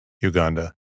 Uganda